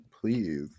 please